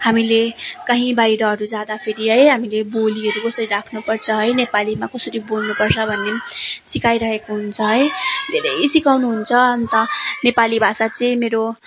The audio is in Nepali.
हामीले कहीँ बाहिरहरू जाँदाफेरि है हामीले बोलीहरू कसरी राख्नु पर्छ है नेपालीमा कसरी बोल्नु पर्छ भन्ने पनि सिकाइरहेको हुन्छ है धेरै सिकाउनु हुन्छ अन्त नेपाली भाषा चाहिँ मेरो